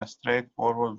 straightforward